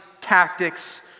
tactics